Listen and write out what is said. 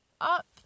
Up